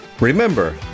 Remember